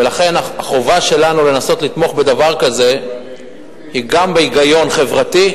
ולכן החובה שלנו לנסות לתמוך בדבר כזה היא גם בהיגיון חברתי,